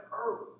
earth